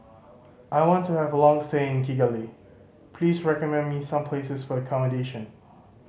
I want to have a long stay in Kigali please recommend me some places for accommodation